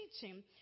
teaching